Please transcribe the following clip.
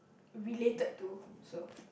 related to so